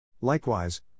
Likewise